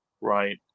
Right